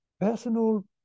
personal